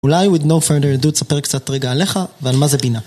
אולי, with no further ado, תספר קצת רגע עליך ועל מה זה בינה.